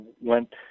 went